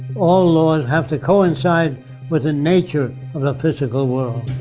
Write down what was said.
all laws have to coincide with the nature of the physical world.